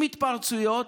עם התפרצויות,